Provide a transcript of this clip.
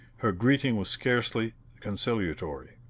her greeting was scarcely conciliatory.